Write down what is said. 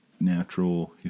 natural